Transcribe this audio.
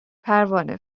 پروانه